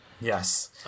yes